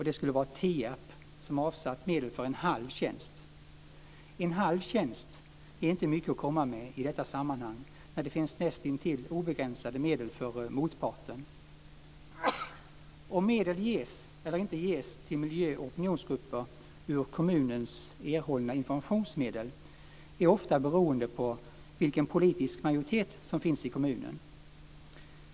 Det skulle vara Tierp, som har avsatt medel för en halv tjänst. En halv tjänst är inte mycket att komma med i detta sammanhang, när det finns nästintill obegränsade medel för motparten. Om medel ges eller inte ges till miljö och opinionsgrupper ur kommunens erhållna informationsmedel är ofta beroende av vilken politisk majoritet som finns i kommunen.